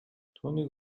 түүнийг